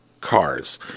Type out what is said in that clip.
Cars